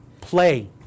play